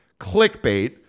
clickbait